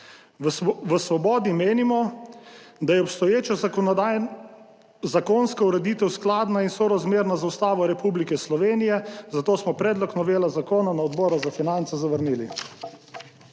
v svobodi. Menimo, da je obstoječa zakonodaja, zakonska ureditev skladna in sorazmerna z Ustavo Republike Slovenije, zato smo predlog novele zakona na Odboru za finance zavrnili.